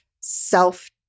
self